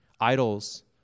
Idols